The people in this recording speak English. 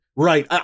Right